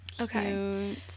okay